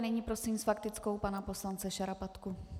A nyní prosím s faktickou pana poslance Šarapatku.